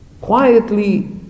Quietly